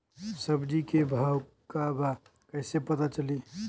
सब्जी के भाव का बा कैसे पता चली?